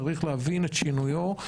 צריך להבין את שינויו,